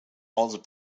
also